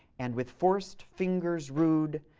and with forc'd fingers rude,